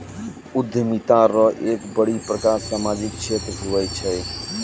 उद्यमिता रो एक बड़ो प्रकार सामाजिक क्षेत्र हुये छै